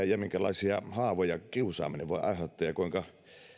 ja minkälaisia haavoja kiusaaminen voi aiheuttaa ja